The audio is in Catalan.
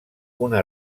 una